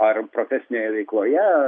ar profesinėje veikloje